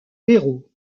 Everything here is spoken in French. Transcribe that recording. béraud